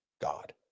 God